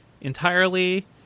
entirely